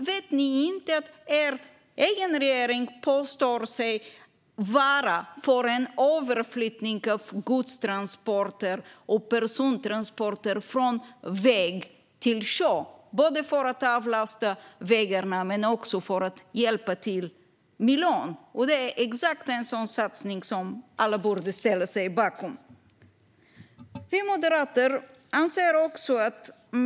Vet ni inte att den egna regeringen påstår sig vara för en överflyttning av godstransporter och persontransporter från väg till sjö, både för att avlasta vägarna och för att hjälpa miljön? Det är exakt en sådan satsning som alla borde ställa sig bakom.